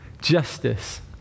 justice